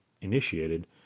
initiated